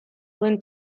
duen